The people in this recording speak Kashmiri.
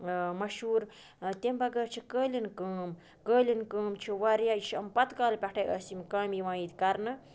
مَشہوٗر تمہِ بَغٲر چھِ قٲلیٖن کٲم قٲلیٖن کٲم چھِ واریاہ یہِ چھِ یِم پَتہٕ کالہِ پٮ۪ٹھَے أسۍ یِم کامہِ یِوان ییٚتہِ کَرنہٕ